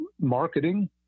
marketing